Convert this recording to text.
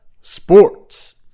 sports